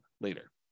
later